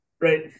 right